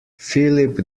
philip